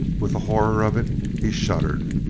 with the horror of it he shuddered.